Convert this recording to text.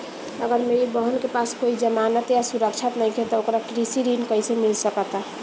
अगर मेरी बहन के पास कोई जमानत या सुरक्षा नईखे त ओकरा कृषि ऋण कईसे मिल सकता?